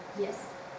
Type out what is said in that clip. Yes